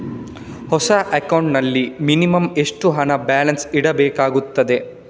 ಹೊಸ ಅಕೌಂಟ್ ನಲ್ಲಿ ಮಿನಿಮಂ ಎಷ್ಟು ಹಣ ಬ್ಯಾಲೆನ್ಸ್ ಇಡಬೇಕಾಗುತ್ತದೆ?